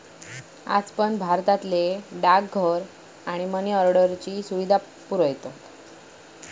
आज पण भारतातले डाकघर मनी ऑर्डरची सुविधा पुरवतत